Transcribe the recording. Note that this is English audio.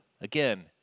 again